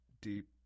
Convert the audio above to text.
deep